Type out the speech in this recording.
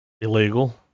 Illegal